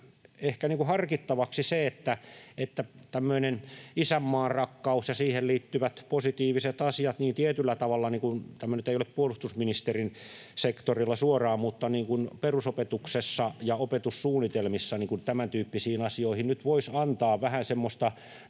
tavalla tämmöisestä isänmaanrakkaudesta ja siihen liittyvistä positiivisista asioista — tämä nyt ei ole puolustusministerin sektorilla suoraan — perusopetuksessa ja opetussuunnitelmissa, tämäntyyppisistä asioista, nyt voisi antaa vähän semmoista